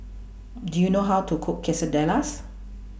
Do YOU know How to Cook Quesadillas